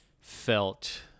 felt